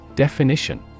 Definition